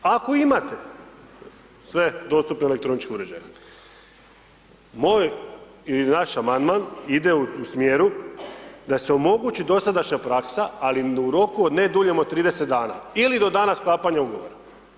Ako imate sve dostupne elektroničke uređaje, moj i naš amandman ide u smjeru da se omogući dosadašnja praksa, ali u roku ne duljem od 30 dana ili do dana sklapanja ugovora.